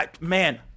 man